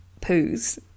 poos